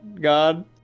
god